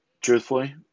truthfully